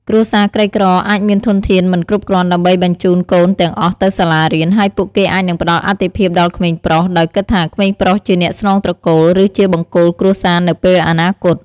គ្រួសារក្រីក្រអាចមានធនធានមិនគ្រប់គ្រាន់ដើម្បីបញ្ជូនកូនទាំងអស់ទៅសាលារៀន ហើយពួកគេអាចនឹងផ្តល់អាទិភាពដល់ក្មេងប្រុស ដោយគិតថាក្មេងប្រុសជាអ្នកស្នងត្រកូល ឬជាបង្គោលគ្រួសារនៅពេលអនាគត។